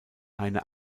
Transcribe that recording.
eine